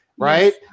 Right